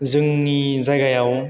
जोंनि जायगायाव